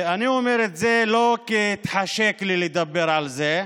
אני אומר את זה לא כי התחשק לי לדבר על זה,